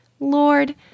Lord